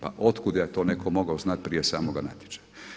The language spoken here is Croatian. Pa od kud je to netko mogao znati prije samoga natječaja?